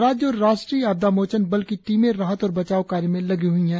राज्य और राष्ट्रीय आपदा मोचन बल की टीमें राहत और बचाव कार्य में लगी है